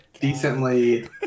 decently